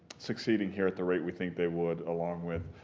succeeding here at the rate we think they would along with